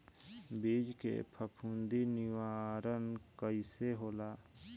बीज के फफूंदी निवारण कईसे होला?